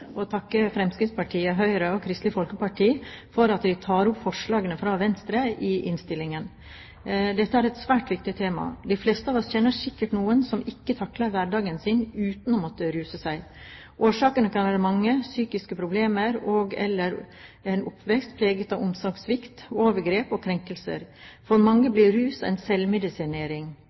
i innstillingen. Dette er et svært viktig tema. De fleste av oss kjenner sikkert noen som ikke takler hverdagen sin uten å måtte ruse seg. Årsakene kan være mange – psykiske problemer og/eller en oppvekst preget av omsorgssvikt, overgrep og krenkelser. For mange blir rus en selvmedisinering.